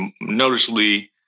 noticeably